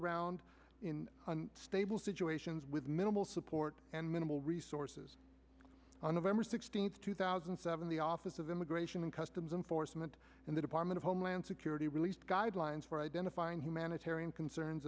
around in stable situations with minimal support and minimal resources on november sixteenth two thousand and seven the office of immigration and customs enforcement and the department of homeland security released guidelines for identifying humanitarian concerns